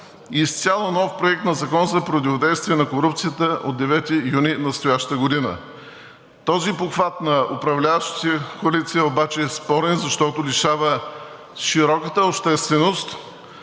изцяло нов проект на Закона за противодействие на корупцията от 9 юни настоящата година. Този похват на управляващата коалиция обаче е спорен, защото лишава широката общественост